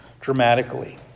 dramatically